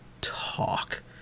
talk